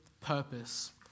purpose